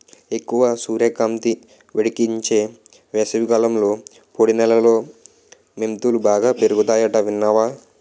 ఎక్కువ సూర్యకాంతి, వేడెక్కించే వేసవికాలంలో పొడి నేలలో మెంతులు బాగా పెరుగతాయట విన్నావా